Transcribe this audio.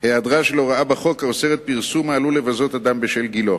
היעדרה של הוראה בחוק האוסרת פרסום העלול לבזות אדם בשל גילו.